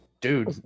Dude